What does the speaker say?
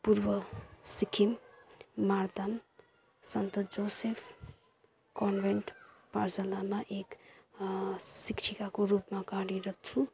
पूर्व Sikkim Martam Saint Joseph Convent पाठशालामा एक शिक्षिकाको रूपमा कार्यरत छु